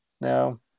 No